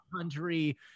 country